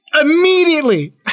immediately